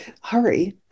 Hurry